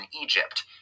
Egypt